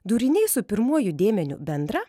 dūriniai su pirmuoju dėmeniu bendra